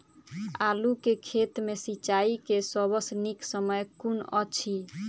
आलु केँ खेत मे सिंचाई केँ सबसँ नीक समय कुन अछि?